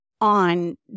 on